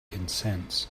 consents